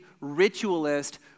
ritualist